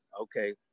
okay